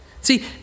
See